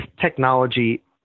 technology